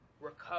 recover